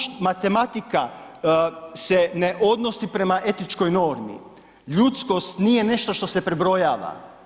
Društvo, matematika se ne odnosi prema etičkoj normi, ljudskost nije nešto što se prebrojava.